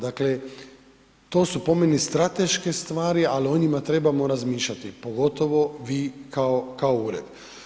Dakle, to su po meni strateške stvari, ali o njima trebamo razmišljati, pogotovo vi kao ured.